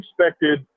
expected